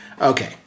Okay